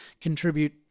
contribute